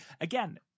Again